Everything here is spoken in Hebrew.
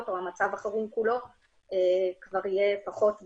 או מצב החירום כולו כבר יהיה פחות בתוקף.